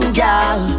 girl